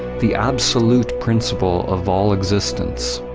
the absolute principle of all existence,